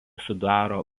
sudaro